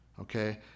Okay